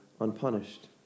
unpunished